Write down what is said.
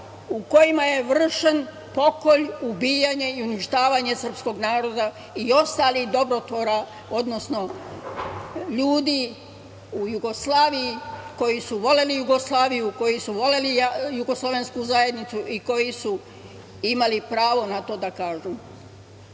u kojima je vršen pokolj, ubijanje i uništavanje srpskog naroda i ostalih dobrotvora, odnosno ljudi u Jugoslaviji koji su voleli Jugoslaviju, koji su voleli jugoslovensku zajednicu i koji su imali pravo na to da kažu.U